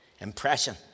impression